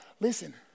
Listen